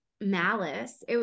malice